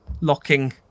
locking